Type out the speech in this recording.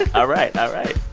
ah all right, all right